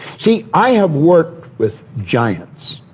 see, i have worked with giants.